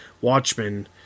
Watchmen